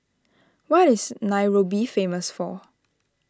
what is Nairobi famous for